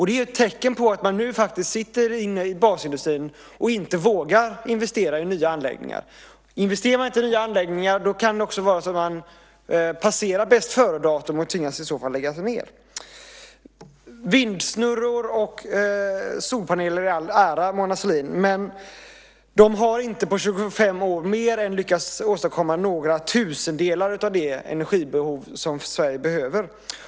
Det är ett tecken på att basindustrin inte vågar att investera i nya anläggningar. Gör man inte det kanske man passerar bäst-före-datum och tvingas kanske att lägga ned. Vindsnurror och solpaneler i alla ära, Mona Sahlin, men på 25 år har de inte lyckats att åstadkomma mer än några tusendelar av det energibehov som Sverige har.